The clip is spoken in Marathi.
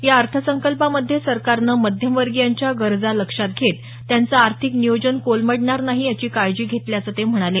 या अर्थसंकल्पामध्ये सरकारनं मध्यमवर्गींयांच्या गरजा लक्षात घेत त्यांचं आर्थिक नियोजन कोलमडणार नाही याची काळजी घेतल्याचं ते म्हणाले